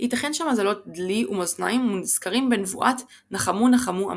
ייתכן שהמזלות דלי ומאזניים מוזכרים בנבואת "נחמו נחמו עמי"